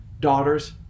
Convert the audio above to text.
daughter's